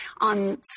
on